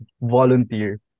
volunteer